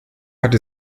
hat